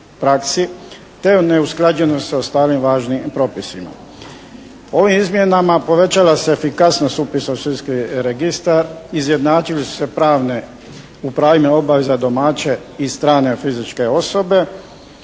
te neusklađenost sa stalnim važnim propisima. Ovim izmjenama povećava se efikasnost upisa u sudski registar, izjednačile su se pravne, u pravima i obavezama domaće i strane fizičke osobe.